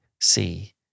see